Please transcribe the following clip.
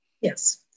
Yes